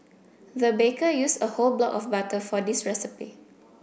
the baker used a whole block of butter for this recipe